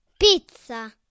Pizza